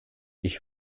ich